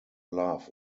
love